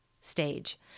stage